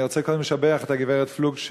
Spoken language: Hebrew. אני רוצה קודם לשבח את הגברת פלוג,